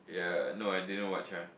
ya no I didn't watch ah